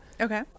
Okay